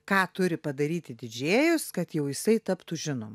ką turi padaryti didžėjus kad jau jisai taptų žinomu